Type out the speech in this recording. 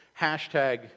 hashtag